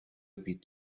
beat